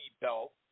belt